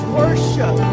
worship